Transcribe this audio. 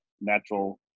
natural